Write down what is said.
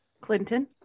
Clinton